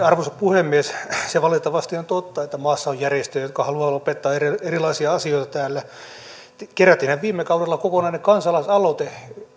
arvoisa puhemies se valitettavasti on totta että maassa on järjestöjä jotka haluavat lopettaa erilaisia asioita täällä kerättiinhän viime kaudella kokonainen kansalaisaloite